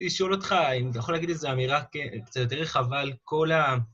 לשאול אותך אם אתה יכול להגיד איזה אמירה קצת יותר רחבה על כל ה...